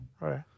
right